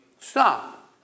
Stop